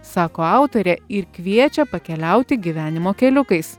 sako autorė ir kviečia pakeliauti gyvenimo keliukais